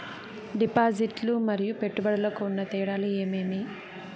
డిపాజిట్లు లు మరియు పెట్టుబడులకు ఉన్న తేడాలు ఏమేమీ?